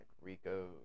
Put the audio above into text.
Rico